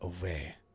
away